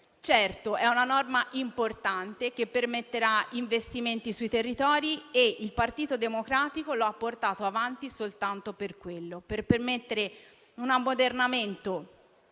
certo, è una norma importante, che permetterà investimenti sui territori e il Partito Democratico lo ha portato avanti soltanto per permettere un ammodernamento